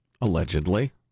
Allegedly